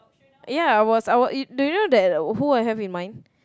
ya I was I was do you know that who I had in mind